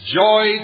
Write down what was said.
joy